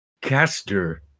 Caster